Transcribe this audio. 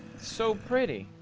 so pretty